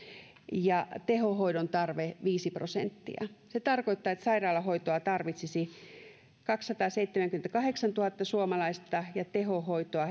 ja tehohoidon tarpeeksi viisi prosenttia se tarkoittaa että sairaalahoitoa tarvitsisi kaksisataaseitsemänkymmentäkahdeksantuhatta suomalaista ja tehohoitoa